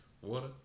water